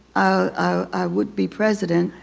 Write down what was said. i would be president.